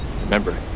Remember